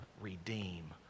redeem